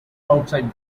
outside